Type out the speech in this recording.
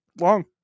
long